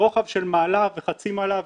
רוב האנשים שמגיעים לא יודעים שנחשפו.